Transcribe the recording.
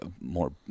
more